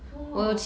!wah!